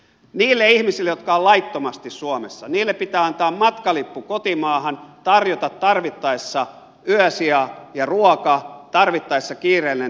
niille ihmisille jotka ovat laittomasti suomessa pitää antaa matkalippu kotimaahan tarjota tarvittaessa yösija ja ruoka tarvittaessa kiireellinen ter veydenhoito